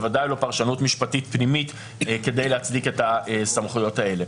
בוודאי לא פרשנות משפטית פנימית כדי להצדיק את הסמכויות האלה.